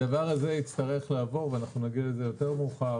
הדבר הזה יצטרך לעבור ואנחנו נגיע לזה יותר מאוחר,